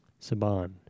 Saban